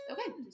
Okay